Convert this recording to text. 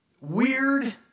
weird